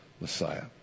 Messiah